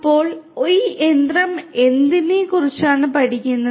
അപ്പോൾ ഈ യന്ത്രം എന്തിനെക്കുറിച്ചാണ് പഠിക്കുന്നത്